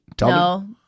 no